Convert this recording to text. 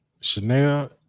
Chanel